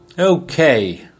Okay